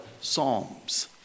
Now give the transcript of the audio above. Psalms